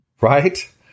Right